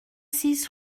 six